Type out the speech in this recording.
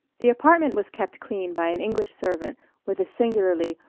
the apartment was kept clean by an english servant with the singularly,